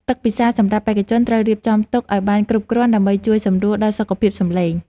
ទឹកពិសាសម្រាប់បេក្ខជនត្រូវរៀបចំទុកឱ្យបានគ្រប់គ្រាន់ដើម្បីជួយសម្រួលដល់សុខភាពសម្លេង។